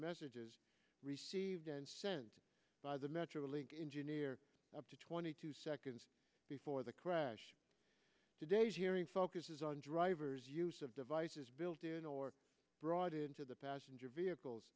messages received and sent by the metrolink engineer up to twenty two seconds before the crash today's hearing focuses on drivers use of devices built in or brought into the passenger vehicles